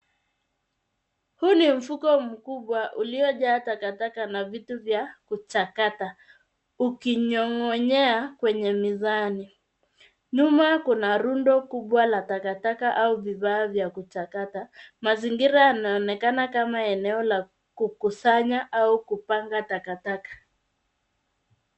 Huu ni mfuko mkubwa uliojaa takataka na vitu vya kuchakata ukinyong'onyea kwenye mizani. Nyuma kuna rundo kubwa la takataka au bidhaa za kuchakata. Mazingira yanaonyesha kama eneo la kukusanya au kupanga takataka.